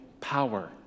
power